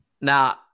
now